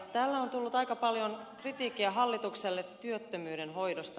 täällä on tullut aika paljon kritiikkiä hallitukselle työttömyyden hoidosta